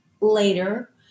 later